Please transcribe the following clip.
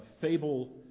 fable